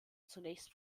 zunächst